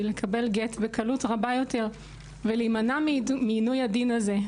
לקבל גט בקלות רבה יותר ולהימנע מעינוי הדין הזה,